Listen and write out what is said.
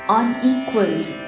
unequaled